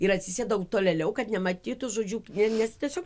ir atsisėdau tolėliau kad nematytų žodžiu nes tiesiog